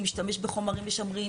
הוא משתמש בחומרים משמרים,